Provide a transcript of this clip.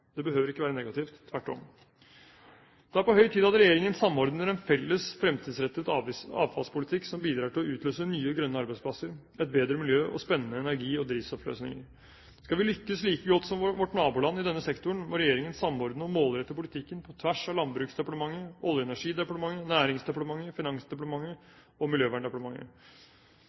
Det behøver ikke være negativt – tvert om. Det er på høy tid at regjeringen samordner en felles, fremtidsrettet avfallspolitikk som bidrar til å utløse nye grønne arbeidsplasser, et bedre miljø og spennende energi- og drivstoffløsninger. Skal vi lykkes like godt som vårt naboland i denne sektoren, må regjeringen samordne og målrette politikken på tvers av Landbruksdepartementet, Olje- og energidepartementet, Næringsdepartementet, Finansdepartementet og Miljøverndepartementet.